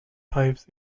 pipes